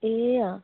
ए अँ